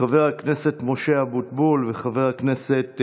חבר הכנסת משה אבוטבול וחבר הכנסת